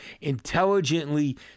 intelligently